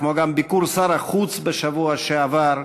כמו גם ביקור שר החוץ בשבוע שעבר,